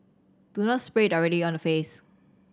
do not spray it directly on the face